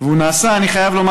אני חייב לומר,